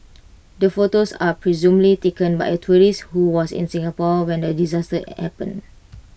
the photos are presumably taken by A tourist who was in Singapore when the disaster happened